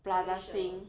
plaza singapura